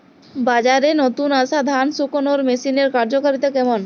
বাজারে নতুন আসা ধান শুকনোর মেশিনের কার্যকারিতা কেমন?